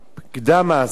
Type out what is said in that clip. או קדם-מעצר,